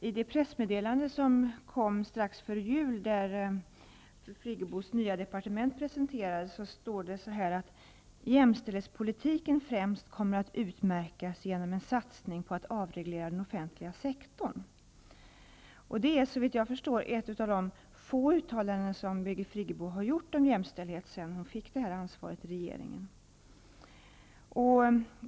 I det pressmeddelande som kom strax före jul, där Birgit Friggebos nya departement presenterades, står det att jämställdhetspolitiken främst kommer att utmärkas genom en satsning på att avreglera den offentliga sektorn. Det är, såvitt jag förstår, ett av de få uttalanden som Birgit Friggebo har gjort om jämställdhet sedan hon fick detta ansvar i regeringen.